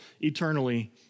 eternally